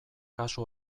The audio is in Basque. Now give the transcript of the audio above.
kasu